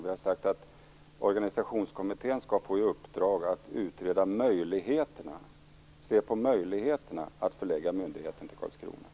Vi har sagt att organisationskommittén skall få i uppdrag att se på möjligheterna att förlägga myndigheten till Karlskrona.